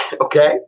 Okay